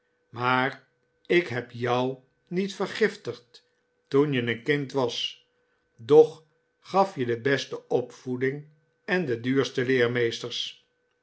maar ik heb jou niet vergiftigd toen je een kind was doch gaf je de beste opvoeding en de duurste leermeesters